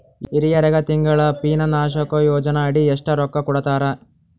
ಹಿರಿಯರಗ ತಿಂಗಳ ಪೀನಷನಯೋಜನ ಅಡಿ ಎಷ್ಟ ರೊಕ್ಕ ಕೊಡತಾರ?